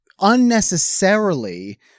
unnecessarily